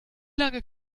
lange